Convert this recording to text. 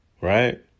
Right